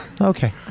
Okay